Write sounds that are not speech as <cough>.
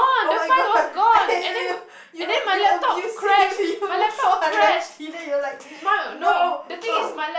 oh-my-god I hate you you you you abusive you so unhappy then you'll like no <noise>